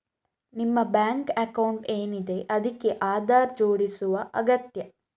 ನಿಮ್ಮ bank account ಏನಿದೆ ಅದಕ್ಕೆ ಆಧಾರ್ ಜೋಡಿಸುದು ಅಗತ್ಯ